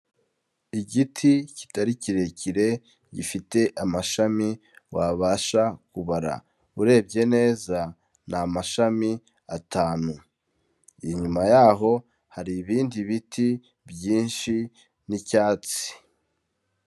Igiti kitari kirekire gifite amashami wabasha kubara, urebye neza n'amashami atanu, inyuma yaho hari ibindi biti byinshi n'icyatsi.